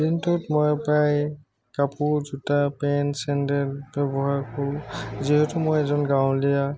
দিনটোত মই প্ৰায় কাপোৰ জোতা পেন চেণ্ডেল ব্যৱহাৰ কৰো যিহেতু মই এজন গাঁৱলীয়া